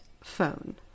Phone